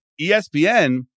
ESPN